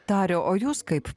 dariau o jūs kaip